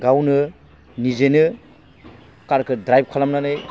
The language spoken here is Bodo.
गावनो निजेनो कारखौ ड्राइभ खालामनानै